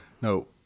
No